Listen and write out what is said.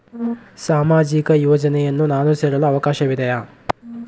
ಸಾಮಾಜಿಕ ಯೋಜನೆಯನ್ನು ನಾನು ಸೇರಲು ಅವಕಾಶವಿದೆಯಾ?